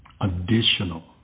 additional